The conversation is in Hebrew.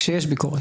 כשיש ביקורת.